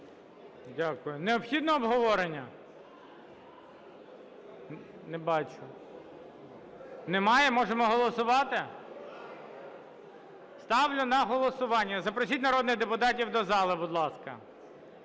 Дякую. Необхідно обговорення? Не бачу. Немає? Можемо голосувати? Ставлю на голосування… Запросіть народних депутатів до зали, будь ласка.